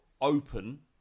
open